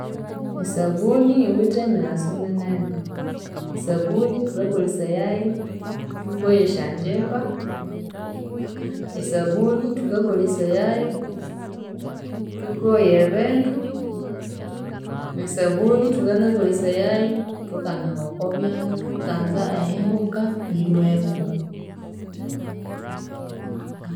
Esabuni yiwithe emighaso minene, esabuni thukakolhesayayu thukoya esyangimba, esabuni thukakolhesayayu thukoya ebindu, esabuni thukanakolhesayayu thukanaba okw'abyalha thukanza ehihuka hilweko.